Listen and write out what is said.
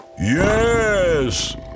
Yes